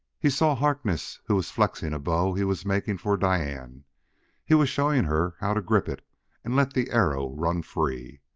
he saw harkness who was flexing a bow he was making for diane he was showing her how to grip it and let the arrow run free.